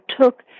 took